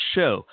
Show